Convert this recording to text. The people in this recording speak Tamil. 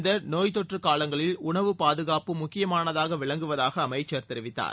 இந்த நோய்த் தொற்று காலங்களில் உணவு பாதுகாப்பு முக்கியமானதாக விளங்குவதாக அமைச்சர் தெரிவித்தார்